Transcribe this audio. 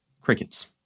Crickets